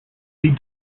lead